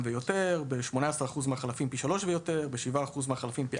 ויותר; ב-18% מהחלפים פי שלושה ויותר; ב-7% מהחלפים פי